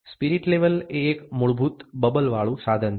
spirit level એ એક મૂળભૂત બબલ વાળુ સાધન છે